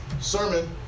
sermon